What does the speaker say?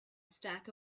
stack